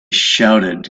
shouted